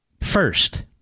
first